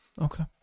Okay